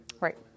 Right